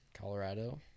Colorado